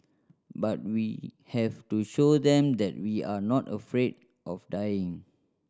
but we have to show them that we are not afraid of dying